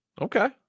okay